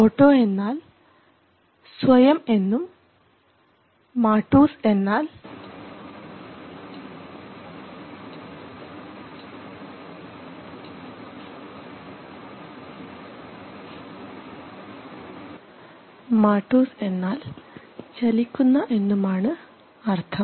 auto എന്നാൽ എന്നാൽ സ്വയം എന്നും മാട്ടൂസ് എന്നാൽ ചലിക്കുന്ന എന്നുമാണ് അർത്ഥം